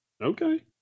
okay